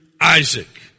Isaac